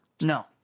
No